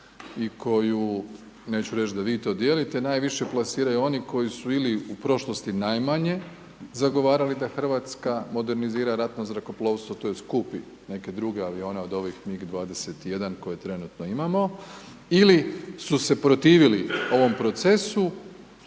i koju neću reć da vi to dijelite najviše plasiranju oni koji su ili u prošlosti najmanje zagovarali da Hrvatska modernizira ratno zrakoplovstvo, tj. kupi neke druge avione od ovih MIG 21 koje trenutno imamo ili su se protivili ovom procesu